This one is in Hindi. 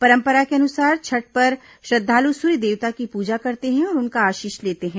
परम्परा के अनुसार छठ पर श्रद्वालु सूर्य देवता की पूजा करते हैं और उनका आशीष लेते हैं